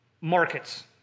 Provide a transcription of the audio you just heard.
markets